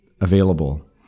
available